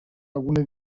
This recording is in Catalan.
alguna